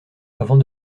avant